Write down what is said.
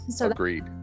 Agreed